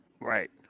right